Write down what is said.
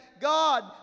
God